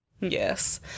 Yes